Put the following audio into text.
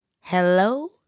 Hello